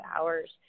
hours